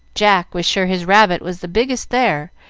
jack was sure his rabbit was the biggest there,